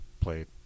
played